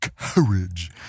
Courage